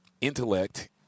intellect